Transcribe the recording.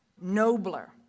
nobler